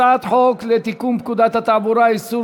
הצעת חוק לתיקון פקודת התעבורה (איסור